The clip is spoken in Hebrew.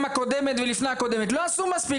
גם הקודמת ולפני הקודמת לא עשו מספיק